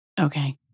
Okay